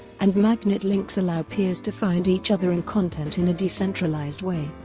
and magnet links allow peers to find each other and content in a decentralised way.